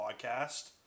Podcast